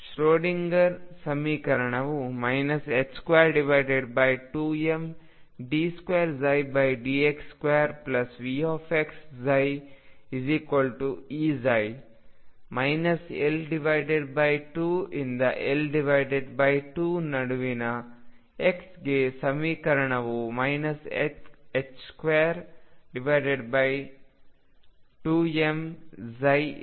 Schrodinger ಸಮೀಕರಣವು 22md2dx2VxψEψ L2 to L2 ನಡುವಿನ x ಗೆ ಸಮೀಕರಣವು 22mEψ ಆಗುತ್ತದೆ